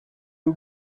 you